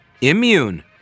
immune